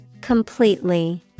Completely